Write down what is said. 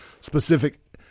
specific